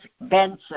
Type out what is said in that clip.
Benson